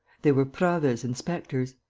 they were prasville's inspectors.